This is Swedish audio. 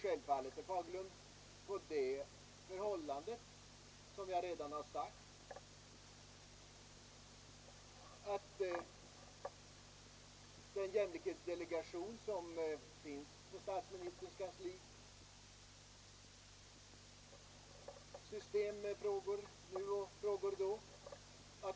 Självfallet bygger jag, herr Fagerlund, på det förhållande som jag redan nämnt, att den jämlikhetsdelegation som finns inom statsministerns kansli plockar liksom med ett plockepinnsystem med frågorna nu och då.